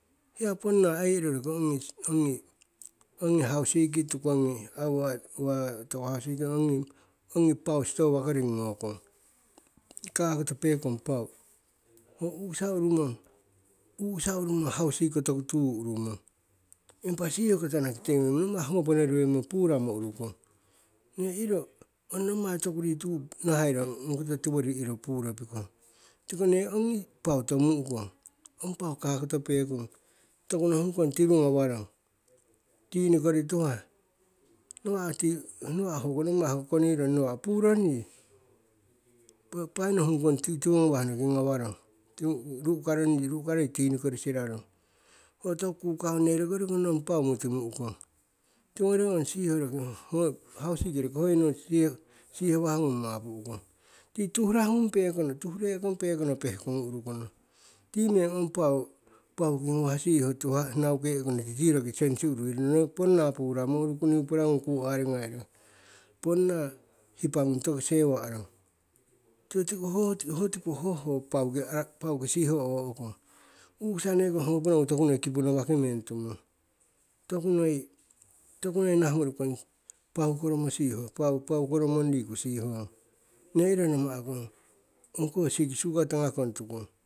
Hiya ponna ai iro roki ong ngi, ong ngi, ong ngi hausikiki tukong ngi, ong uwa, uwa toku hausikiki, ongi, ongi pau stoa koring ngokong, kakoto pekong pau. Ho u'ukisa urumong, u'ukisa urumong hausikiko toku tuyu urumong. Impa sihoko tanakite goweng mong hogoponori wemmo puramo urukong. Nne iro ong nommai toku rituyu nahairong, hokoto tiwori iro puropikong. Tiko nne ong pau tomu'ukong, ong pau kakoto pekong toku nohung kong tiru gawarong, tinikori tuhah, nawa'a ti, nawa'a hoko nommai ho konirong nahah purong yi. pai nohung kong tiwo gawah noki gawarong, ru'ukarong yi, ru'ukaro yi tinikori sirarong. Ho toku kuhah, nne roki hoyori nong pau muti mu'ukong. Tiwo gori hoi siho roki hausiki roki hoinong siho, siho wah gung mapu'ukong. Ti tuhrah ngung pekono, tuhre'ekong pehkono pehkogu urukono. Ti meng ong pau, pau ki gawah siho tuhah nauke'e kono roki tiroki sensi uruirono, noi ponna puramo uruku, niupla ngung ku arigai rong. Ponna hipa ngung tokisewa'a rong, tiko, tiko pauki a'a siho gawah ngung. U'ukisa nekong hokoponogu tokunoi kipu nawaki meng tumong, tokunoi, tokunoi nahamo urukong, paukoromo sihong, pau, paukoromong riku sihong. Ne iro nama'akong ongkoh sik suga tagakong tukong.